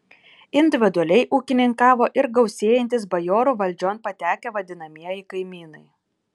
individualiai ūkininkavo ir gausėjantys bajorų valdžion patekę vadinamieji kaimynai